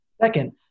Second